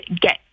get